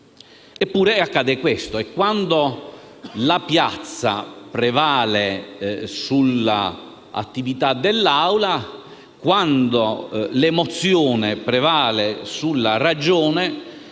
Eppure accade questo